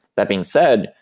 that being said,